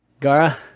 Gara